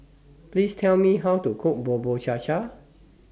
Please Tell Me How to Cook Bubur Cha Cha